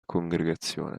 congregazione